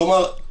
כלומר,